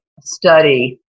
study